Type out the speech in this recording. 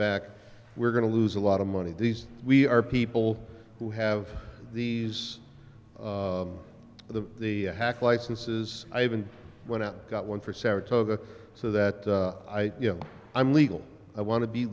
back we're going to lose a lot of money these we are people who have these the hack licenses i have and when i got one for saratoga so that i you know i'm legal i want to be